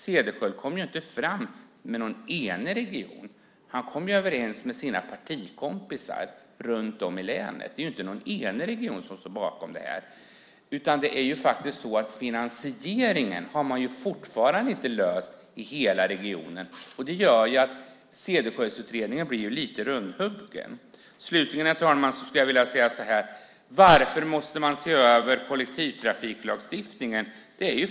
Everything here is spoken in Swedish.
Cederschiöld kom ju inte fram med någon enig region. Han kom överens med sina partikompisar runt om i länet. Det är inte någon enig region som står bakom det här. Finansieringen har man fortfarande inte löst i hela regionen. Det gör att Cederschiölds-utredningen blir lite rumphuggen. Slutligen, herr talman, skulle jag vilja säga: Varför måste man se över kollektivtrafiklagstiftningen?